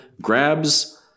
grabs